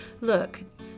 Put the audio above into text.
look